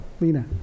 Lena